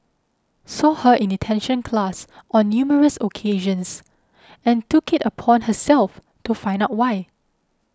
saw her in detention class on numerous occasions and took it upon herself to find out why